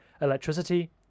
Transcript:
electricity